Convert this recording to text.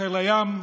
חיל הים,